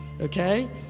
okay